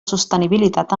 sostenibilitat